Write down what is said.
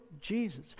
Jesus